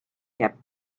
kept